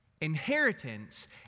Inheritance